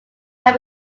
can